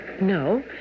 No